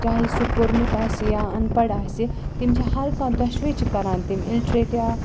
چاہے سُہ پوٚرمُت آسہِ یا اَن پَڑھ آسہِ تِم چھِ ہرکانٛہہ دوٚشوَے چھِ کَران تِم اِلٹرٛیٹ یا